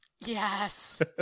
Yes